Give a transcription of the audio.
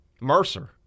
Mercer